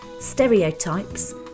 stereotypes